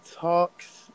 talks